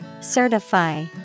Certify